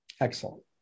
Excellent